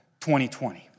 2020